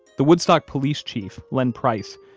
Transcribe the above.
the woodstock police chief, len price,